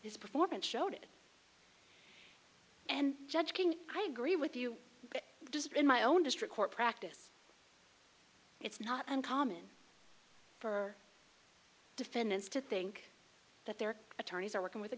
his performance showed it and judge king i agree with you in my own district court practice it's not uncommon for defendants to think that their attorneys are working with the